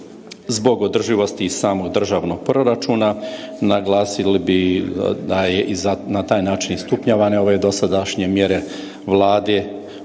zbog održivosti i samog državnog proračuna naglasili bi da su na taj način i stupnjevane ove dosadašnje mjere Vlade